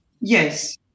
yes